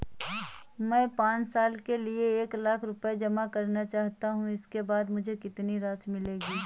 मैं पाँच साल के लिए एक लाख रूपए जमा करना चाहता हूँ इसके बाद मुझे कितनी राशि मिलेगी?